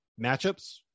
matchups